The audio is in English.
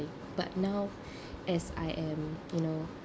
but now as I am you know